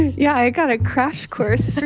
yeah, i got a crash course for